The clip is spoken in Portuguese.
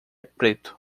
preto